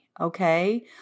okay